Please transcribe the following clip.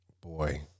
Boy